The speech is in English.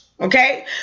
okay